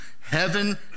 heaven